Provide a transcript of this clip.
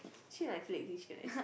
actually i feel like eating chicken rice